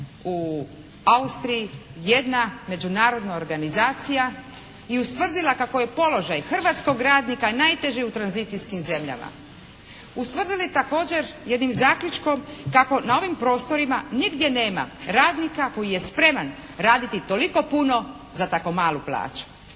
u Austriji jedna međunarodna organizacija i ustvrdila kako je položaj hrvatskog radnika najteži u tranzicijskim zemljama. Ustvrdili također jednim zaključkom kako na ovim prostorima nigdje nema radnika koji je spreman raditi toliko puno za tako malu plaću.